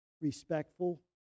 respectful